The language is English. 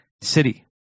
city